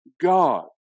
God